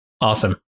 awesome